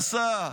עשה,